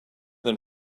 than